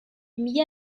mila